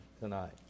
tonight